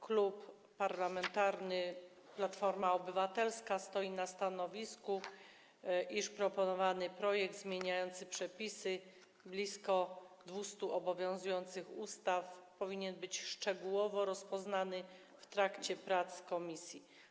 Klub Parlamentarny Platforma Obywatelska stoi na stanowisku, iż proponowany projekt zmieniający przepisy blisko 200 obowiązujących ustaw powinien być szczegółowo rozpoznany w trakcie prac komisji.